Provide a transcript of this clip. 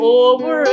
over